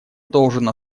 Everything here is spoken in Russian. должен